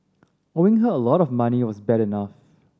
owing her a lot of money was bad enough